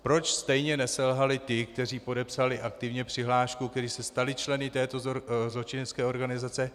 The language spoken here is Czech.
Proč stejně neselhali ti, kteří podepsali aktivně přihlášku, kteří se stali členy této zločinecké organizace?